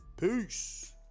Peace